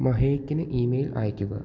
മഹേക്കിന് email അയയ്ക്കുക